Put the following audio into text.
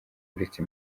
uretse